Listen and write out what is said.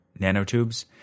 nanotubes